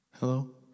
Hello